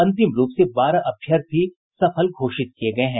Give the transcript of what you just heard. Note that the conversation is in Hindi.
अंतिम रूप से बारह अभ्यर्थी सफल घोषित किये गये हैं